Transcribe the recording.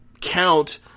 count